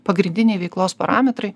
pagrindiniai veiklos parametrai